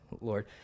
Lord